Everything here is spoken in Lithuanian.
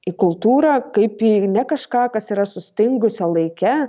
į kultūrą kaip yra ne kažką kas yra sustingusio laike